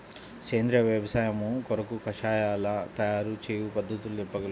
సేంద్రియ వ్యవసాయము కొరకు కషాయాల తయారు చేయు పద్ధతులు తెలుపగలరు?